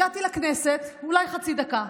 הגעתי לכנסת אולי חצי דקה.